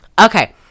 Okay